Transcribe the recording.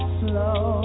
slow